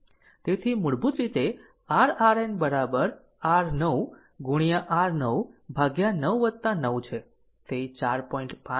તેથી મૂળભૂત રીતે r RN r 9 ગુણ્યા 9 ભાગ્યા 9 9 છે તે 4